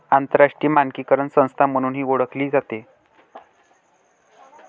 आंतरराष्ट्रीय मानकीकरण संस्था म्हणूनही ओळखली जाते